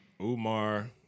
Umar